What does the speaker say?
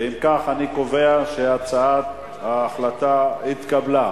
אם כך, אני קובע שההחלטה התקבלה.